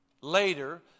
Later